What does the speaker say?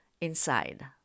inside